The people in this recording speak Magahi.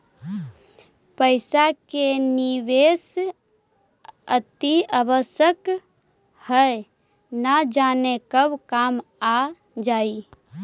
पइसा के निवेश अतिआवश्यक हइ, न जाने कब काम आ जाइ